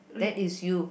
that is you